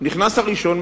נכנס הראשון,